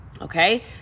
Okay